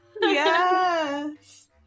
Yes